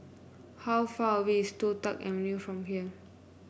how far away is Toh Tuck Avenue from here